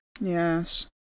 Yes